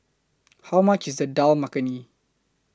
How much IS The Dal Makhani